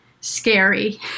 scary